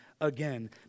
again